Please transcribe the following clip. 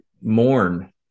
mourn